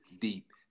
deep